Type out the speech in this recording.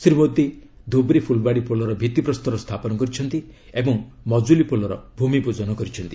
ଶ୍ରୀ ମୋଦୀ ଧୁବ୍ରି ଫୁଲବାଡ଼ି ପୋଲର ଭିଭିପ୍ରସ୍ତର ସ୍ଥାପନ କରିଛନ୍ତି ଏବଂ ମଜୁଲୀ ପୋଲର ଭୂମି ପୂଜନ କରିଛନ୍ତି